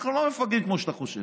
אנחנו לא מפגרים כמו שאתה חושב.